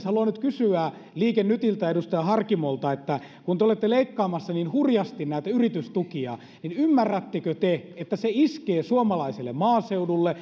haluan nyt kysyä liike nytiltä edustaja harkimolta kun te olette leikkaamassa niin hurjasti yritystukia niin ymmärrättekö te että se iskee suomalaiselle maaseudulle